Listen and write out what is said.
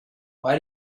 why